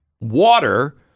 water